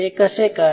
ते कसे काय